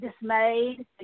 dismayed